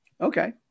Okay